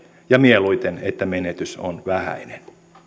ja mieluiten että menetys on vähäinen